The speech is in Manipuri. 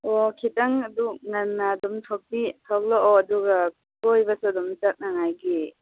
ꯑꯣ ꯈꯤꯇꯪ ꯑꯗꯨ ꯉꯟꯅ ꯑꯗꯨꯝ ꯊꯣꯛꯄꯤ ꯊꯣꯛꯂꯛꯑꯣ ꯑꯗꯨꯒ ꯀꯣꯏꯕꯁꯨ ꯑꯗꯨꯝ ꯆꯠꯅꯉꯥꯏꯒꯤ